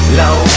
low